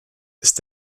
ist